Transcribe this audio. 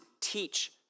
Teach